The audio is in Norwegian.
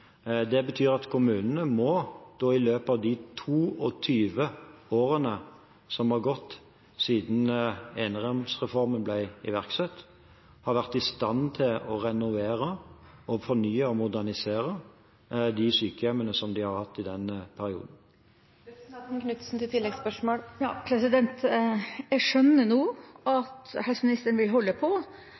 som har gått siden eneromsreformen ble iverksatt, må ha vært i stand til å renovere og fornye og modernisere de sykehjemmene som de har hatt i den perioden. Jeg skjønner nå at helseministeren vil holde på